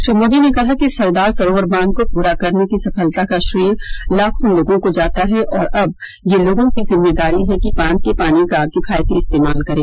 श्री मोदी ने कहा कि सरदार सरोवर बांध को पूरा करने की सफलता का श्रेय लाखों लोगों को जाता है और अब यह लोगों की जिम्मेदारी है कि बांध के पानी का किफायती इस्तेमाल करें